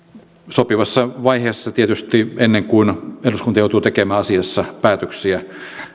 sopivassa vaiheessa tietysti ennen kuin eduskunta joutuu tekemään asiassa päätöksiä